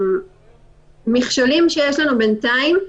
מכשולים שיש לנו בינתיים,